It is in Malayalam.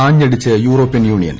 ആഞ്ഞടിച്ച് യൂറോപ്യൻ യൂണിയൻ